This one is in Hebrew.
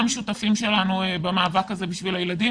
שותפים שלנו במאבק הזה בשביל הילדים.